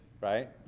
right